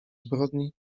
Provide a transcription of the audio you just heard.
zbrodni